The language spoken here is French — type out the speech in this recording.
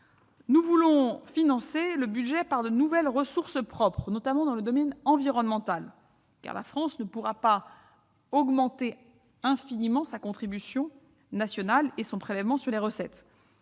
Nous voulons financer le budget par de nouvelles ressources propres, notamment dans le domaine environnemental, car la France ne pourra pas augmenter indéfiniment sa contribution nationale et le prélèvement sur ses recettes.